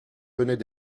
venaient